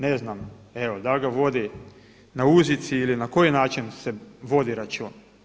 Ne znam, evo dal' ga vodi na uzici ili na koji način se vodi račun?